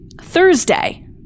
Thursday